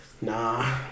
Nah